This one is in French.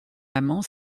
amant